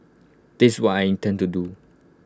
that's what I intend to do